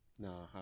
No